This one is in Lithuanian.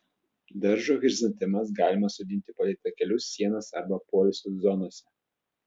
daržo chrizantemas galima sodinti palei takelius sienas arba poilsio zonose